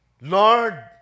Lord